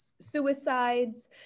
suicides